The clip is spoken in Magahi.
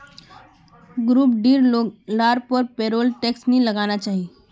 ग्रुप डीर लोग लार पर पेरोल टैक्स नी लगना चाहि